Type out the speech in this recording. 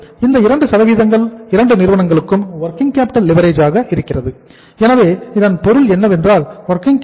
இந்த 2 சதவீதங்கள் இரண்டு நிறுவனங்களுக்கும் வொர்கிங் கேப்பிட்டல் லிவரேஜ் 30